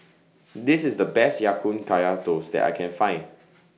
This IS The Best Ya Kun Kaya Toast that I Can Find